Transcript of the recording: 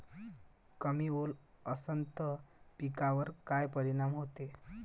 कमी ओल असनं त पिकावर काय परिनाम होते?